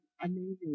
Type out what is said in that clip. amazing